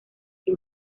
que